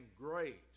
great